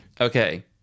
Okay